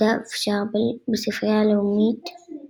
דף שער בספרייה הלאומית זית,